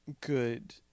good